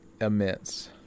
immense